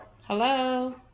Hello